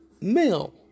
male